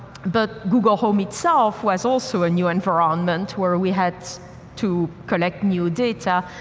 but google home itself was all so a new environment where we had to collect new data.